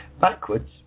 Backwards